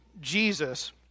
Jesus